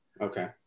Okay